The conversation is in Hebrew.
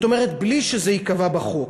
זאת אומרת, בלי שזה ייקבע בחוק.